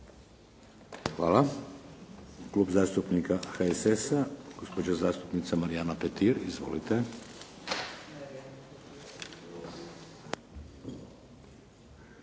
Hvala. Klub zastupnika HSS-a, gospođa zastupnica Marijana Petir. Izvolite.